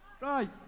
Right